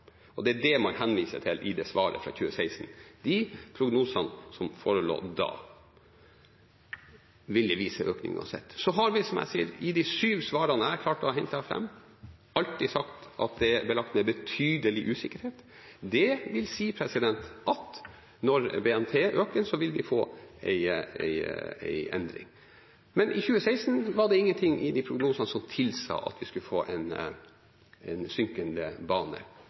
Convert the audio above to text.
og det er dem man henviser til i det svaret fra 2016, de prognosene som forelå da – ville vise en økning uansett. Så har vi, som jeg sier, i de syv svarene jeg har klart å hente fram, alltid sagt at det er «betydelig usikkerhet». Det vil si at når BNP øker, vil vi få en endring. Men i 2016 var det ingenting i de prognosene som tilsa at vi skulle få en synkende bane,